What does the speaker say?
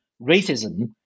racism